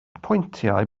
pwyntiau